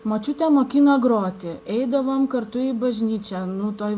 močiutė mokino groti eidavom kartu į bažnyčią nu toj